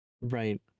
Right